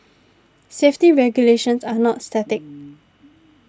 safety regulations are not static